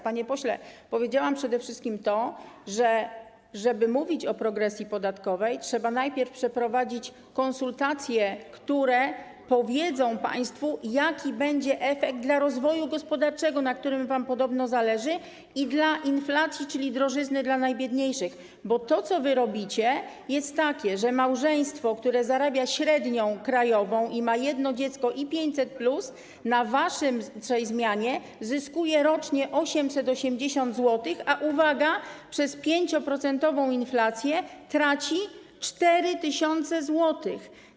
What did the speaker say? Panie pośle, powiedziałam przede wszystkim to, że żeby mówić o progresji podatkowej, trzeba najpierw przeprowadzić konsultacje, które powiedzą państwu, jaki będzie efekt dla rozwoju gospodarczego, na którym wam podobno zależy, i dla inflacji, czyli drożyzny dla najbiedniejszych, bo to, co wy robicie, jest takie, że małżeństwo, które zarabia średnią krajową i ma jedno dziecko, i 500+, na waszej zmianie zyskuje rocznie 880 zł, ale uwaga: przez 5-procentową inflację traci 4 tys. zł.